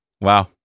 Wow